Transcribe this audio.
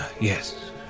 Yes